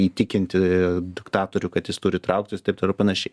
įtikinti diktatorių kad jis turi trauktis taip toliau panašiai